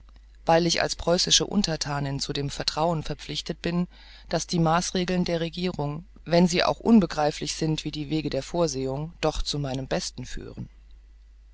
weil ich als preußische unterthanin zu dem vertrauen verpflichtet bin daß die maßregeln der regierung wenn sie auch unbegreiflich sind wie die wege der vorsehung doch zu meinem besten führen